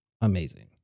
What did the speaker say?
amazing